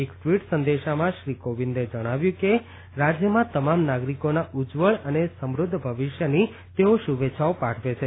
એક ટ્વીટ સંદેશામાં શ્રી કોવિંદે જણાવ્યું છે કે રાજ્યમાં તમામ નાગરિકોના ઉજ્જવળ અને સમૃધ્ધ ભવિષ્યની તેઓ શુભેચ્છાઓ પાઠવે છે